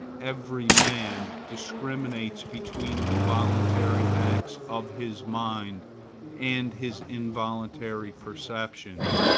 every man discriminates between the voluntary acts of his mind and his involuntary perceptions,